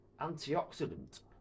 antioxidant